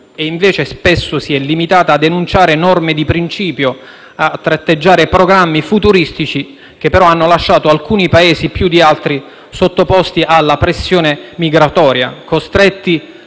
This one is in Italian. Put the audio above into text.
e invece spesso si è limitata a denunciare norme di principio, a tratteggiare programmi futuristici che però hanno lasciato alcuni Paesi più di altri sottoposti alla pressione migratoria, costretti